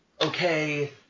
okay